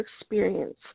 experience